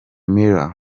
müller